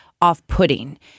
off-putting